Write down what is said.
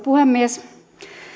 puhemies